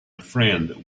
friend